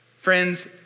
Friends